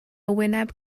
wyneb